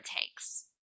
takes